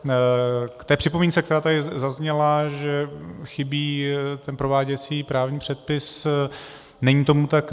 K té připomínce, která tady zazněla, že chybí prováděcí právní předpis není tomu tak.